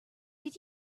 did